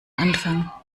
anfang